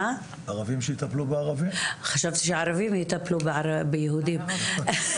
חשבתי שערבים יטפלו ביהודים.